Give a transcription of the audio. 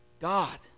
God